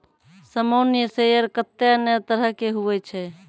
सामान्य शेयर कत्ते ने तरह के हुवै छै